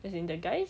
as in the guys